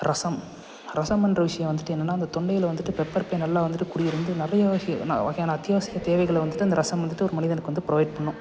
ரசம் ரசம்ன்ற விஷயம் வந்துவிட்டு என்னன்னா இந்த தொண்டையில் வந்துவிட்டு பெப்பர் போய் நல்லா வந்துவிட்டு குடியிருந்து நிறைய வகையான அத்தியாவசிய தேவைகளை வந்துவிட்டு அந்த ரசம் வந்துவிட்டு ஒரு மனிதனுக்கு வந்து ப்ரொவைட் பண்ணும்